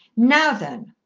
now then!